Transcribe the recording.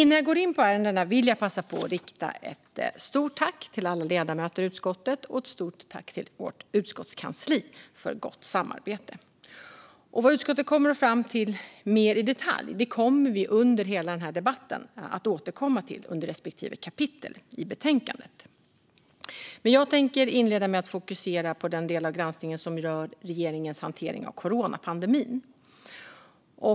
Innan jag går in på ärendena vill jag passa på att rikta ett stort tack till alla ledamöter i utskottet och ett stort tack till vårt utskottskansli för gott samarbete. Vad utskottet kommit fram till mer i detalj kommer vi under hela debatten att återkomma till under respektive kapitel i betänkandet. Jag tänker inleda med att fokusera på den del av granskningen som rör regeringens hantering av coronapandemin.